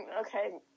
Okay